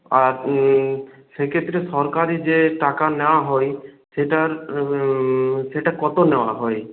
আর সেক্ষেত্রে সরকারি যে টাকা নেওয়া হয় সেটার সেটা কত নেওয়া হয়